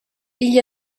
igl